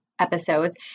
episodes